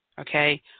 okay